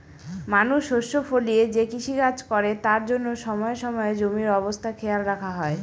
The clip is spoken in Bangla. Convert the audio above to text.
মানুষ শস্য ফলিয়ে যে কৃষিকাজ করে তার জন্য সময়ে সময়ে জমির অবস্থা খেয়াল রাখা হয়